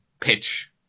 pitch